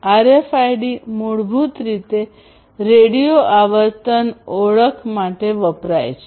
RFID મૂળભૂત રીતે radio આવર્તન ઓળખ માટે વપરાય છે